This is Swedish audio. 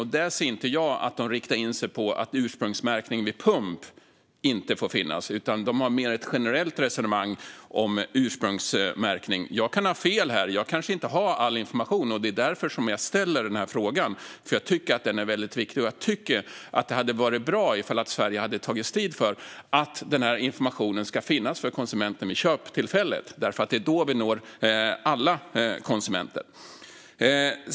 Där kan jag inte se att de riktar in sig på att ursprungsmärkning vid pump inte får finnas, utan de har mer ett generellt resonemang om ursprungsmärkning. Jag kan ha fel här. Jag kanske inte har all information. Det är därför som jag ställer frågan, för jag tycker att den är viktig. Jag tycker att det hade varit bra ifall Sverige hade tagit strid för att informationen ska finnas för konsumenten vid köptillfället, för det är då som man når alla konsumenter.